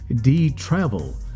D-Travel